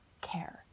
care